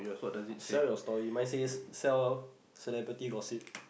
sell your story my says sell celebrity gossip